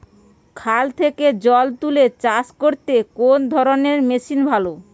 খাল থেকে জল তুলে চাষ করতে কোন ধরনের মেশিন ভালো?